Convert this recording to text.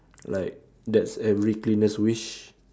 like that's every cleaner's wish